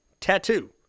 Tattoo